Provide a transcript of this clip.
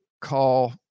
call